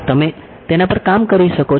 તમે તેના પર કામ કરી શકો છો